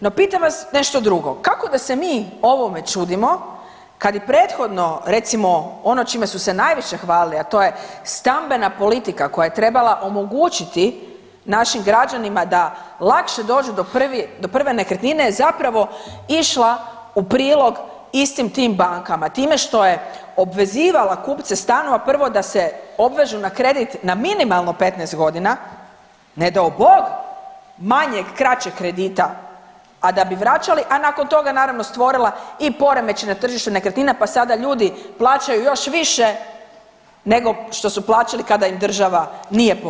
No pitam vas nešto drugo, kako da se mi ovome čudimo kad i prethodno recimo ono čime su se najviše hvalili, a to je stambena politika koja je trebala omogućiti našim građanima da lakše dođu do prve nekretnine je zapravo išla u prilog istim tim bankama time što je obvezivala kupce stanova prvo da se obvežu na kredit na minimalno 15.g., ne dao Bog manjeg kraćeg kredita, a da bi vraćali, a nakon toga naravno stvorila i poremećaj na tržištu nekretnina, pa sada ljudi plaćaju još više nego što su plaćali kada im država nije pomagala.